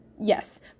Yes